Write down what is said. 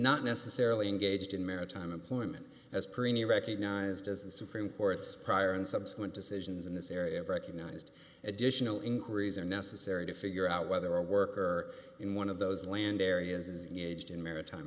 not necessarily engaged in maritime employment as premier recognized as the supreme court's prior and subsequent decisions in this area have recognized additional inquiries are necessary to figure out whether a worker in one of those land areas is the aged in maritime